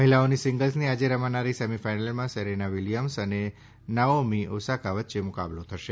મહિલાઓની સિંગલ્સની આજે રમાનારી સેમી ફાઈનલમાં સેરેના વિલિયમ્સ અને નાઓમી ઓસાકા વચ્ચે મુકાબલો થશે